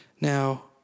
Now